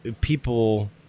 people